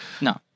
No